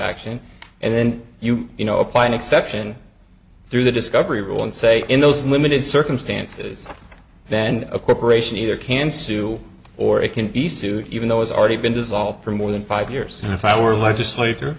action and then you you know apply an exception through the discovery rule and say in those limited circumstances then a corporation either can sue or it can be sued even though it's already been dissolved for more than five years and if i were legislator